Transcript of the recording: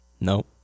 No